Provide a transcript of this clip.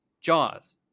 Jaws